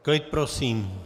Klid prosím!